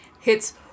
hits